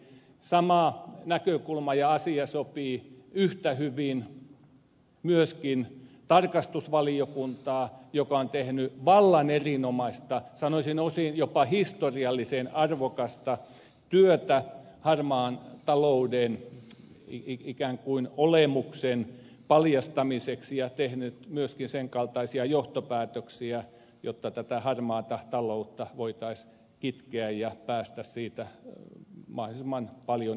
sama näkökulma ja asia sopii yhtä hyvin myöskin tarkastusvaliokuntaan joka on tehnyt vallan erinomaista sanoisin osin jopa historiallisen arvokasta työtä harmaan talouden olemuksen paljastamiseksi ja on tehnyt myöskin sen kaltaisia johtopäätöksiä jotta voitaisiin tätä harmaata taloutta kitkeä ja päästä siitä mahdollisimman paljon eroon